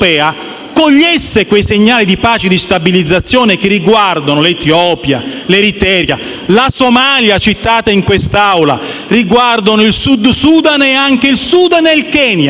cogliessero quei segnali di pace e di stabilizzazione che riguardano l'Etiopia, l'Eritrea, la Somalia citata in quest'Aula, il Sud Sudan e anche il Sudan e il Kenya,